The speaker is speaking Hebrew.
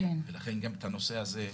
ולכן גם את הנושא הזה,